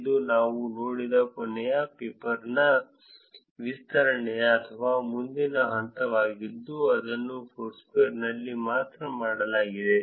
ಇದು ನಾವು ನೋಡಿದ ಕೊನೆಯ ಪೇಪರ್ನ ವಿಸ್ತರಣೆ ಅಥವಾ ಮುಂದಿನ ಹಂತವಾಗಿದ್ದು ಅದನ್ನು ಫೋರ್ಸ್ಕ್ವೇರ್ನಲ್ಲಿ ಮಾತ್ರ ಮಾಡಲಾಗಿದೆ